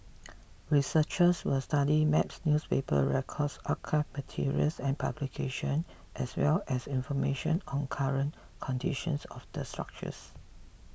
researchers will study maps newspaper records archival materials and publication as well as information on current conditions of the structures